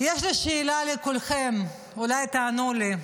יש לי שאלה לכולכם, אולי תענו לי?